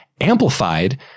Amplified